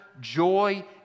joy